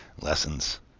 lessons